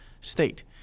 state